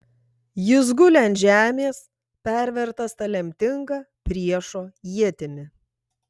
jis guli ant žemės pervertas ta lemtinga priešo ietimi